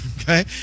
Okay